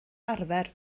arfer